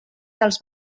dels